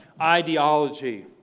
ideology